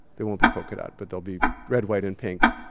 they won't be polka-dot, but they'll be red, white, and pink.